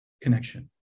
connection